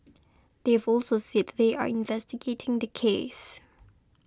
they've also said they are investigating the case